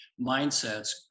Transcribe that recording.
mindsets